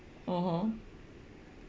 (uh huh)